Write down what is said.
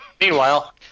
meanwhile